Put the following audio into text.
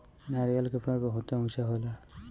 नरियर के पेड़ बहुते ऊँचा होला